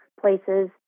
places